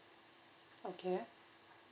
okay